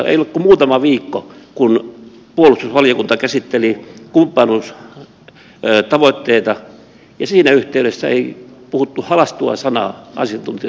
ei ole kuin muutama viikko kun puolustusvaliokunta käsitteli kumppanuustavoitteita ja siinä yhteydessä asiantuntijat eivät puhuneet halaistua sanaa tästä asiasta